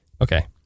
okay